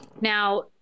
Now